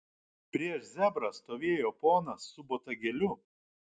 prieš zebrą stovėjo ponas su botagėliu